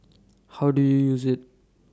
how do you use IT